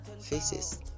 faces